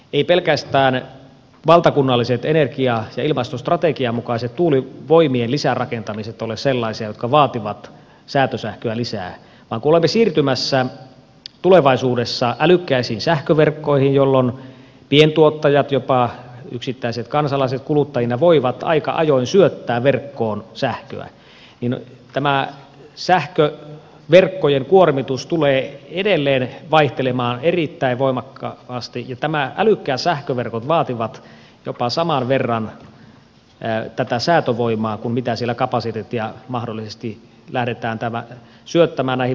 eivät pelkästään valtakunnalliset energia ja ilmastostrategian mukaiset tuulivoimien lisärakentamiset ole sellaisia jotka vaativat säätösähköä lisää vaan kun olemme siirtymässä tulevaisuudessa älykkäisiin sähköverkkoihin jolloin pientuottajat jopa yksittäiset kansalaiset kuluttajina voivat aika ajoin syöttää verkkoon sähköä niin tämä sähköverkkojen kuormitus tulee edelleen vaihtelemaan erittäin voimakkaasti ja nämä älykkäät sähköverkot vaativat jopa saman verran tätä säätövoimaa kuin mitä siellä kapasiteettia mahdollisesti lähdetään syöttämään näihin verkkoihin